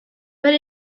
but